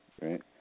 right